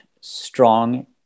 strong